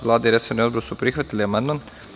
Vlada i resorni odbor su prihvatili amandman.